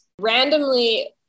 randomly